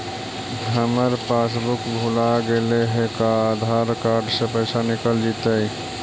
हमर पासबुक भुला गेले हे का आधार कार्ड से पैसा निकल जितै?